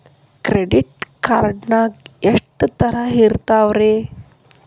Credit card ನಾಗ ಎಷ್ಟು ತರಹ ಇರ್ತಾವ್ರಿ?